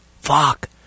Fuck